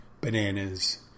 bananas